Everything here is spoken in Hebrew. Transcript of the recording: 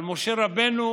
אבל משה רבנו: